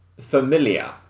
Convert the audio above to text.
familiar